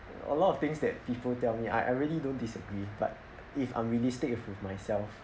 a lot of things that people tell me I I really don't disagree but if unrealistic if with myself